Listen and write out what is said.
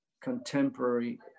contemporary